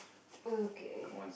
okay